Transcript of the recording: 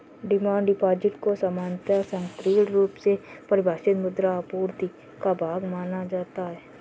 demand deposit को सामान्यतः संकीर्ण रुप से परिभाषित मुद्रा आपूर्ति का भाग माना जाता है